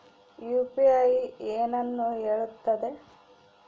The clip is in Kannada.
ಯು.ಪಿ.ಐ ಏನನ್ನು ಹೇಳುತ್ತದೆ?